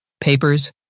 papers